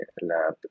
lab